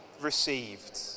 received